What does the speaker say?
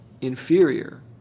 inferior